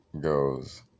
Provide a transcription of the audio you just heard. goes